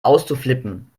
auszuflippen